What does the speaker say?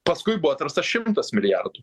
paskui buvo atrastas šimtas milijardų